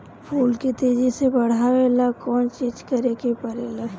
फूल के तेजी से बढ़े ला कौन चिज करे के परेला?